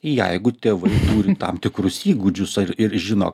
jeigu tėvai turi tam tikrus įgūdžius ir žino